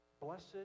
Blessed